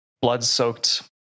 blood-soaked